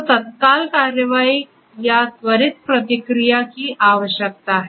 तो तत्काल कार्रवाई या त्वरित प्रतिक्रिया की आवश्यकता है